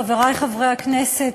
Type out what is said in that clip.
חברי חברי הכנסת,